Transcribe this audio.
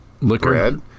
Liquor